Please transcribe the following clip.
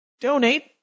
donate